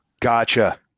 Gotcha